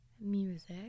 music